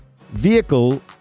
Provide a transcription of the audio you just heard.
Vehicle